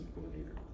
coordinator